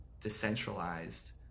decentralized